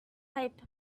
type